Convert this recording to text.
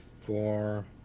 four